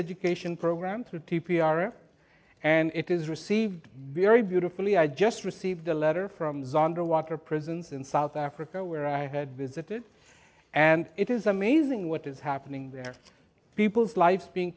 education program through t p r and it is received very beautifully i just received a letter from zander water prisons in south africa where i had visited and it is amazing what is happening there people's lives being